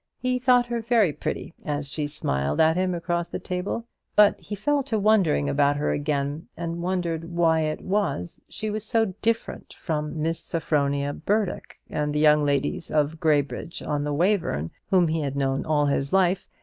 he thought her very pretty, as she smiled at him across the table but he fell to wondering about her again, and wondered why it was she was so different from miss sophronia burdock and the young ladies of graybridge-on-the-wayverne, whom he had known all his life,